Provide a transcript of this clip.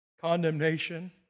condemnation